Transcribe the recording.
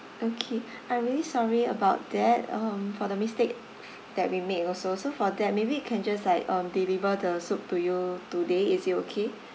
okay I'm really sorry about that um for the mistake that we made also so for that maybe we can just like um deliver the soup to you today is it okay